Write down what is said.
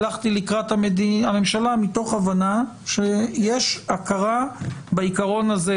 שהלכתי לקראת הממשלה מתוך הבנה שיש הכרה בעיקרון הזה,